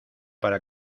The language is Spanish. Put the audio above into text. para